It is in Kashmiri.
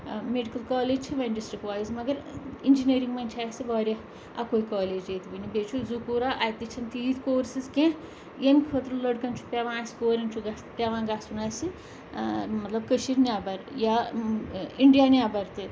میٚڈِکل کالیج چھِ وۄنۍ ڈِسٹرک وایِز مگر اِنجینٔرِنٛگ منٛز چھِ اَسہِ واریاہ اَکوے کالیج ییٚتہِ وٕنہِ بیٚیہِ چھُ زٕ کوٗرا اَتہِ تہِ چھِ نہٕ تیٖتۍ کورسِز کینٛہہ ییٚمہِ خٲطرٕ لٔڑکَن چھُ پیٚوان اَسہِ کورٮ۪ن چھُ گژھ پیٚوان گژھُن اَسہِ مطلب کٔشیٖر نٮ۪بر یا اِنڈیا نٮ۪بَر تہِ